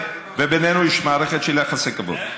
ובינינו יש מערכת של יחסי כבוד.